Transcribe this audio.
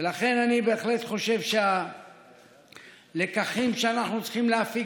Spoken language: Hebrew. ולכן אני בהחלט חושב שהלקחים שאנחנו צריכים להפיק